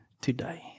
today